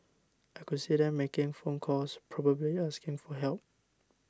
I could see them making phone calls probably asking for help